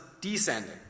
descending